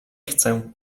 chcę